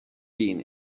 been